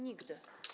Nigdy.